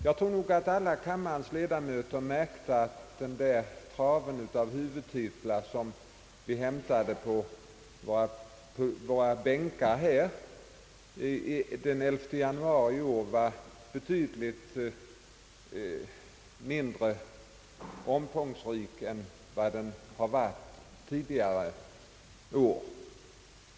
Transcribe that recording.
Jag tror nog att alla kammarens ledamöter har märkt att den trave av huvudtitlar som vi hämtade på våra bänkar här i kammaren den 11 januari i år var betydligt mindre omfångsrik än den varit tidigare år.